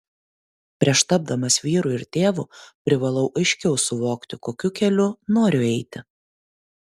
prieš tapdamas vyru ir tėvu privalau aiškiau suvokti kokiu keliu noriu eiti